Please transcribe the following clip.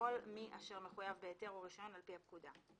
לכל מי אשר מחויב בהיתר או רישיון על פי הפקודה.